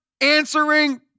answering